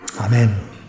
Amen